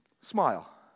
Smile